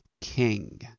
King